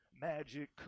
Magic